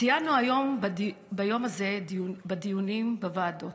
ציינו את היום הזה גם בדיונים בוועדות.